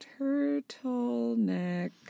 Turtleneck